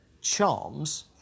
charms